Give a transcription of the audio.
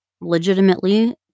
legitimately